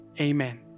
Amen